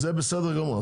זה בסדר גמור.